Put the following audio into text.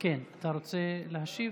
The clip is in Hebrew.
אתה רוצה להשיב?